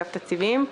אגף תקציבים.